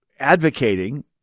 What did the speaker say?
advocating